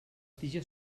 tiges